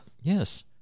Yes